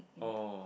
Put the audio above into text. oh